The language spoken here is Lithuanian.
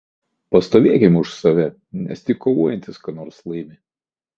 pastovėkim už save nes tik kovojantys ką nors laimi